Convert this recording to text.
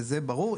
וזה ברור.